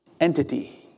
entity